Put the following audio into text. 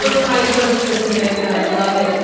so hyper specific and i love it